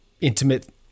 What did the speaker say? intimate